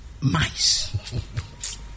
mice